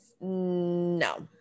no